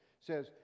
says